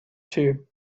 two